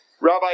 Rabbi